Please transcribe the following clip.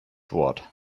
wort